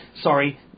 Sorry